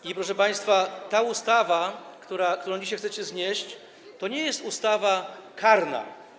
I, proszę państwa, ta ustawa, którą dzisiaj chcecie znieść, to nie jest ustawa karna.